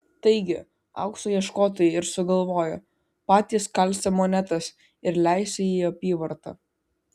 taigi aukso ieškotojai ir sugalvojo patys kalsią monetas ir leisią į apyvartą